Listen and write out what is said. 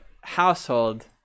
household